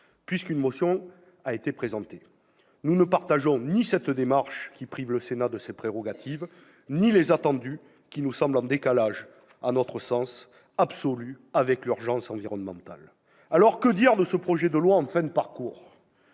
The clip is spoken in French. puisqu'une motion est déposée. Nous ne partageons ni cette démarche qui prive le Sénat de ses prérogatives ni les attendus qui nous semblent en décalage absolu avec l'urgence environnementale. Que dire de ce projet de loi en fin de parcours ?